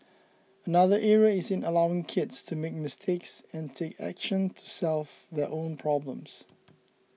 another area is in allowing kids to make mistakes and take action to solve their own problems